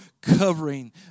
covering